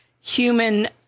human